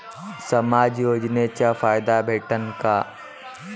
समाज योजनेचा फायदा भेटन का?